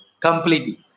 Completely